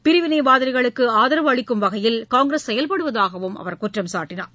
பிரிவினைவாதிகளுக்குஆதரவு அளிக்கும் வகையில் காங்கிரஸ் செயல்படுவதாகவும் அவர் குற்றம் சாட்டினார்